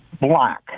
black